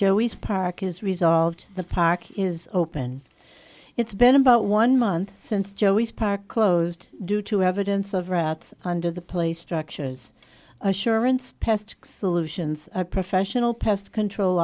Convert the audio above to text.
joey's park is resolved the park is open it's been about one month since joey's park closed due to have a dense of rats under the place structures assurance pest solutions a professional pest control